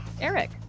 Eric